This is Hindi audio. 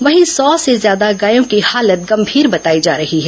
वहीं सौ से ज्यादा गायों की हालत गंभीर बताई जा रही है